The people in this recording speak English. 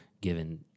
given